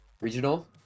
regional